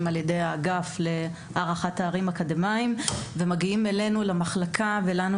על ידי האגף להערכת תארים אקדמאים ומגיעים למחלקה שלנו.